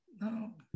No